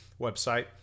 website